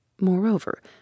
Moreover